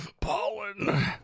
pollen